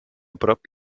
prop